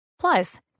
Plus